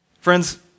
Friends